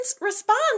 response